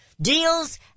Deals